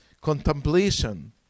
contemplation